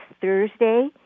Thursday